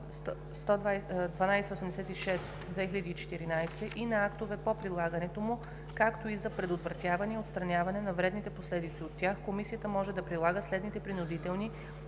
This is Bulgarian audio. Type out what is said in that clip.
1286/2014”, и на актовете по прилагането му, както и за предотвратяване и отстраняване на вредните последици от тях комисията може да прилага следните принудителни